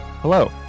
Hello